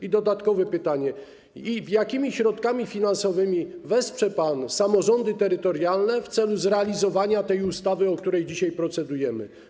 I dodatkowe pytanie: Jakimi środkami finansowymi wesprze pan samorządy terytorialne w celu zrealizowania tej ustawy, nad którą dzisiaj procedujemy?